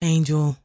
Angel